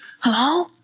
Hello